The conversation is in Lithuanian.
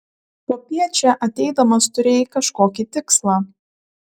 popiet čia ateidamas turėjai kažkokį tikslą